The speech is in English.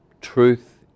truth